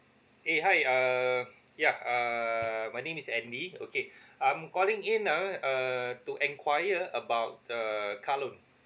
eh hi um yup uh my name is andy okay I'm calling in ah uh to enquire about uh car loan